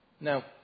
Now